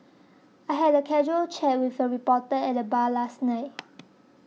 I had a casual chat with a reporter at the bar last night